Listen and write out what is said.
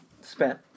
spent